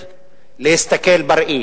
אני ממליץ לכל חברי הכנסת להסתכל בראי